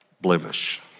blemish